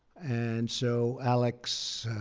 and so alex,